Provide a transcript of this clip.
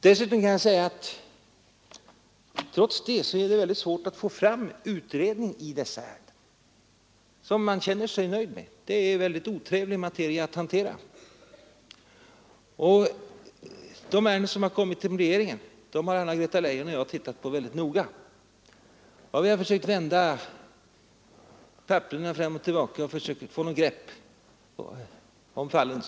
Trots detta är det mycket svårt att i dessa ärenden få fram utredningar som man känner sig nöjd med. Det är en mycket otrevlig materia att hantera. De ärenden som kommit till regeringen har Anna-Greta Leijon och jag tittat på mycket noga. Vi har vänt papperen fram och tillbaka och försökt få ett grepp om fallen.